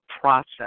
process